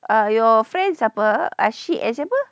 err your friends apa ashik eh siapa